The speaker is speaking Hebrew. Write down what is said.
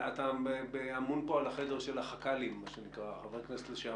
אתה אמון פה על החדר של החכ"לים, חבר כנסת לשעבר.